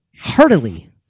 heartily